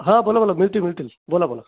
हा बोला बोला मिळतील मिळतील बोला बोला